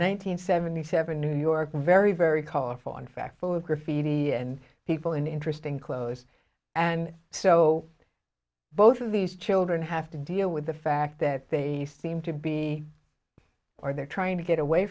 hundred seventy seven new york very very colorful in fact photos graffiti and people in interesting clothes and so both of these children have to deal with the fact that they seem to be or they're trying to get away